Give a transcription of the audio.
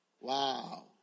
Wow